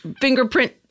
fingerprint